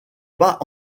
pas